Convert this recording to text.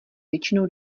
většinou